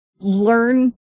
learn